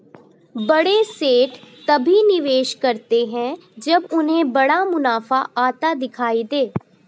बड़े सेठ तभी निवेश करते हैं जब उन्हें बड़ा मुनाफा आता दिखाई दे